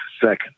second